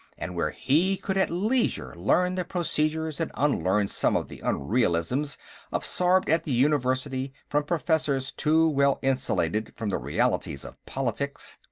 and where he could at leisure learn the procedures and unlearn some of the unrealisms absorbed at the university from professors too well insulated from the realities of politics.